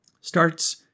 starts